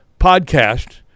podcast